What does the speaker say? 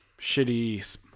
shitty